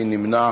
מי נמנע